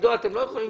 עידו, אתם לא יכולים